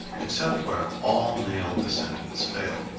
except where all male descendants fail.